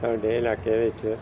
ਸਾਡੇ ਇਲਾਕੇ ਵਿੱਚ